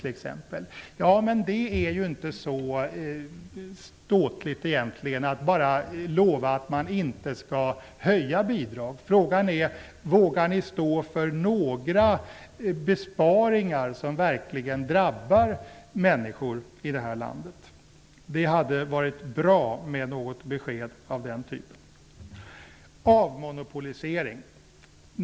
Det är ju egentligen inte så ståtligt att lova att man inte skall höja bidrag. Frågan är om ni vågar stå för några besparingar som verkligen drabbar människor i det här landet. Det hade varit bra med något besked av den typen. Så till frågan om avmonolpolisering.